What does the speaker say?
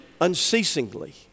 unceasingly